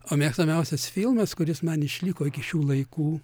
o mėgstamiausias filmas kuris man išliko iki šių laikų